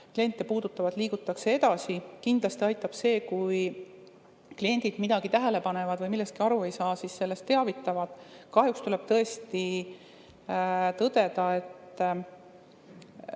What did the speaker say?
kliente puudutavad, liigutakse edasi. Kindlasti aitab see, et kui kliendid midagi tähele panevad või millestki aru ei saa, siis nad sellest teavitavad. Kahjuks tuleb tõesti tõdeda, et